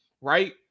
right